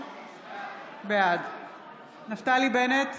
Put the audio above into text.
בעד נפתלי בנט,